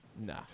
Nah